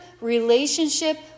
relationship